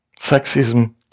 Sexism